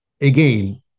Again